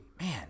man